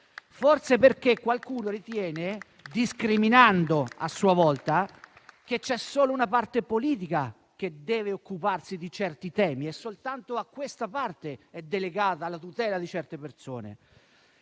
Forse perché qualcuno ritiene, discriminando a sua volta, che solo una parte politica deve occuparsi di certi temi e soltanto a questa parte è delegata la tutela di certe persone.